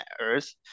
earth